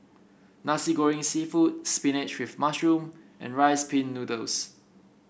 Nasi Goreng seafood spinach with mushroom and Rice Pin Noodles